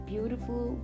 beautiful